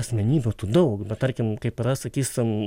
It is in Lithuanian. asmenybių tų daug bet tarkim kaip yra sakysim